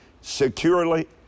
securely